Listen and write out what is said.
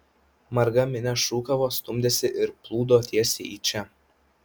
marga minia šūkavo stumdėsi ir plūdo tiesiai į čia